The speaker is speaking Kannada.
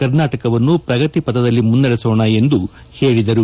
ಕರ್ನಾಟಕವನ್ನು ಪ್ರಗತಿ ಪಥದಲ್ಲಿ ಮುನ್ನಡೆಸೋಣ ಎಂದು ಹೇಳಿದರು